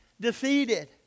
defeated